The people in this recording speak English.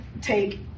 take